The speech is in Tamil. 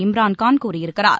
இம்ரான்கான் கூறியிருக்கிறார்